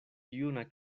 juna